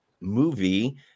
movie